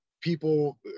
people